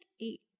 eight